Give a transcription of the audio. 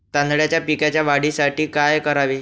तांदळाच्या पिकाच्या वाढीसाठी काय करावे?